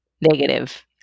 negative